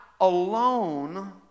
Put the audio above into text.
alone